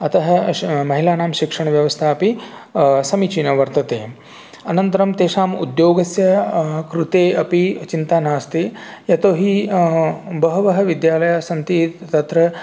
अतः महिलानां शिक्षणव्यवस्था अपि समीचीना वर्तते अनन्तरं तेषाम् उद्योगस्य कृते अपि चिन्ता नास्ति यतोहि बहवः विद्यालयाः सन्ति तत्र